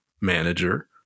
manager